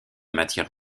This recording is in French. matière